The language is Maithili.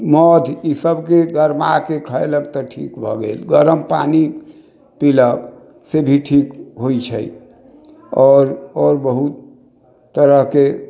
मौध ई सबके गरमा कऽ खैलक तऽ ठीक भऽ गेल गरम पानि पिलक से भी ठीक होइ छै आओर आओर बहुत तरहके